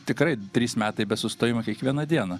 tikrai trys metai be sustojimo kiekvieną dieną